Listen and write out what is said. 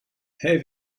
hey